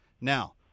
Now